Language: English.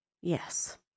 Yes